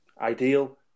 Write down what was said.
ideal